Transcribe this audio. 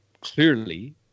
clearly